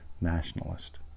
nationalist